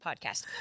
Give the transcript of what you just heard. podcast